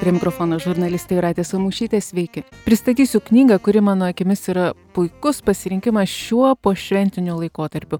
prie mikrofono žurnalistė jūratė samušytė sveiki pristatysiu knygą kuri mano akimis yra puikus pasirinkimas šiuo pošventiniu laikotarpiu